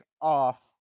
off